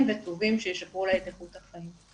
וטובים שישפרו לה את איכות החיים.